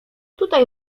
tutaj